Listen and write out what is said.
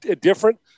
different